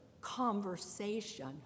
conversation